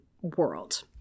world